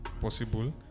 possible